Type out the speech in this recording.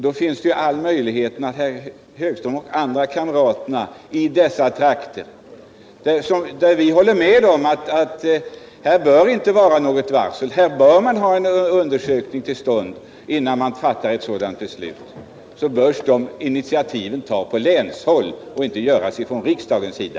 Det finns då alla möjligheter för Ivar Högström och hans kamrater i dessa trakter att agera. Vi håller med om att man här inte bör varsla utan att en undersökning bör komma till stånd, innan man fattar ett sådant beslut. Men det initiativet bör tas på länshåll och inte från riksdagens sida.